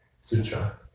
sutra